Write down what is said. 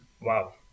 wow